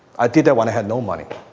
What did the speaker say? i did that when i had no money.